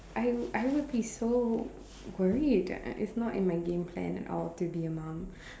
I I would be so worried its not in my game plan at all to be a mum